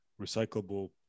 recyclable